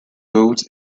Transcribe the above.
boat